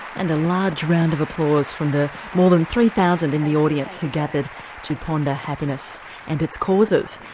and a large round of applause from the more than three thousand in the audience who gathered to ponder happiness and its causes.